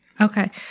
Okay